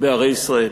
בערי ישראל.